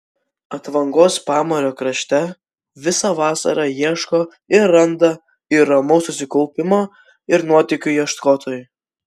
atvangos pamario krašte visą vasarą ieško ir randa ir ramaus susikaupimo ir nuotykių ieškotojai